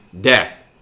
death